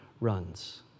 runs